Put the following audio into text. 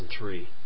2003